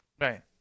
Right